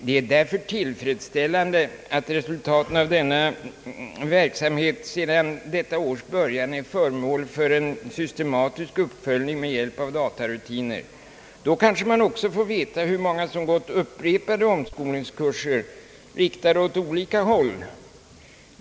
Det är därför tillfredsställande att resultaten av denna verksamhet sedan detta års början är föremål för en systematisk uppföljning med hjälp av datarutiner. Då kanske vi också får veta hur många som gått igenom upprepade omskolningskurser riktade åt olika håll.